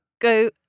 Go